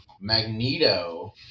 Magneto